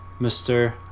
Mr